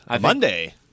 Monday